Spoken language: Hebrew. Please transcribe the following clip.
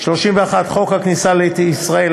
31. חוק הכניסה לישראל,